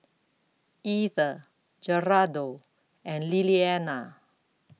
Ether Gerardo and Liliana